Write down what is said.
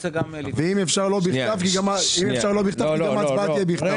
ואם אפשר לא בכתב כי גם ההצבעה תהיה בכתב.